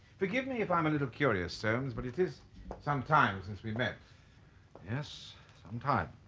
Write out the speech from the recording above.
forgive me if i'm a little curious soames but it is some time since we met yes some time